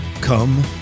Come